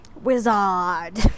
Wizard